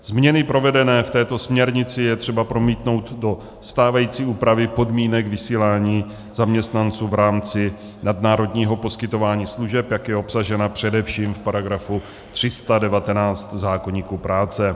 Změny provedené v této směrnici je třeba promítnout do stávající úpravy podmínek vysílání zaměstnanců v rámci nadnárodního poskytování služeb, jak je obsažena především v § 319 zákoníku práce.